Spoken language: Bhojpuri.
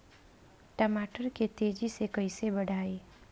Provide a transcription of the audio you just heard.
टमाटर के तेजी से कइसे बढ़ाई?